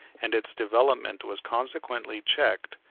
and its development was consequently checked,